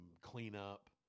cleanup